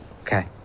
Okay